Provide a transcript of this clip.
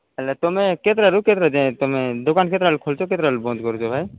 ହେଲେ ତୁମେ କେତେଟାରୁ କେତେଟା ଯାଏ ତୁମେ ଦୋକାନ କେତେଟା ବେଳକୁ ଖୋଲୁଛ କେତେଟା ବେଳକୁ ବନ୍ଦ କରୁଛ ଭାଇ